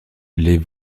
les